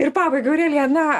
ir pabaigai aurelija na